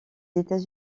états